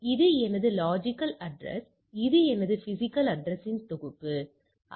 இது எனது logical address இது எனது பிஸிக்கல் அட்ரஸ் இன்தொகுப்பு பார்க்க நேரம் 1032